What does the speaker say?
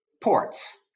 ports